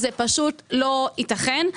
זה פשוט לא ייתכן.